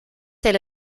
elle